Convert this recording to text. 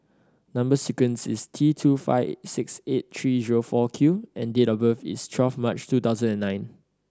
number sequence is T two five six eight three zero four Q and date of birth is twelve March two thousand and nine